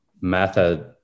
method